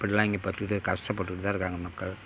இப்படிலாம் இங்கே பத்து பேர் கஷ்டப்பட்டுட்டுதான் இருக்காங்க மக்கள்